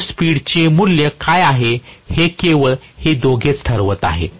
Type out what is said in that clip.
load speed चे मूल्य काय आहे हे केवळ हे दोघेच ठरवत आहेत